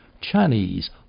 Chinese